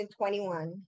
2021